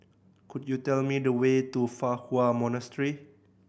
could you tell me the way to Fa Hua Monastery